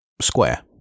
square